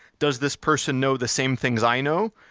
does this person know the same things i know?